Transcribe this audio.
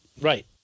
Right